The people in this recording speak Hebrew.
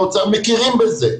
באוצר מכירים בזה.